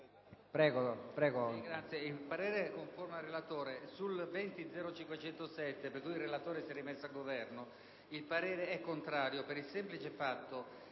Prego